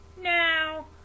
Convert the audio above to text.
now